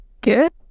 Good